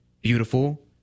beautiful